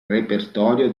repertorio